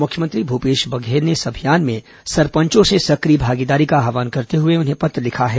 मुख्यमंत्री भूपेश बघेल ने इस अभियान में सरपंचों से सक्रिय भागीदारी का आव्हान करते हुए उन्हें पत्र लिखा है